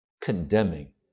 condemning